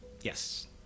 Yes